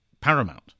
paramount